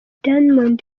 diamond